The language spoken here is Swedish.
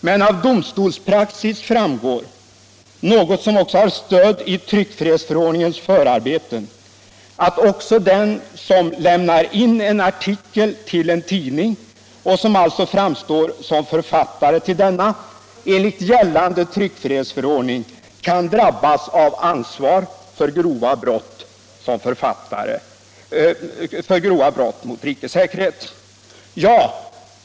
Men av domstolspraxis framgår, något som också har stöd i tryckfrihetsförordningens förarbeten, att också den som lämnar in en artikel till en tidning, och som alltså framstår som författare till denna, enligt gällande tryckfrihetsförordning kan drabbas av ansvar för grova brott mot rikets säkerhet.